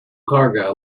cargo